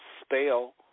spell